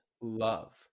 love